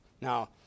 Now